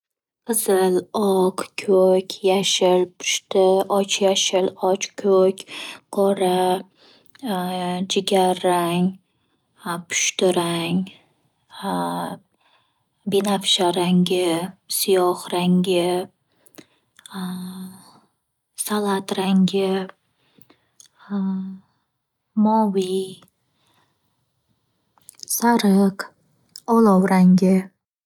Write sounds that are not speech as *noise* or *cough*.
Qizil, oq, ko'k, yashil, pushti, och yashil, och ko'k, qora *hesitation* jigarrang, pushti rang, *hesitation* binafsha rangi, siyoh rangi *hesitation* salat rangi, moviy, sariq, olov rangi.